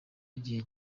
y’igihe